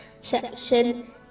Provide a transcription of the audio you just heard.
section